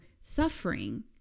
suffering